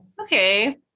okay